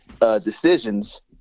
Decisions